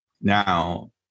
now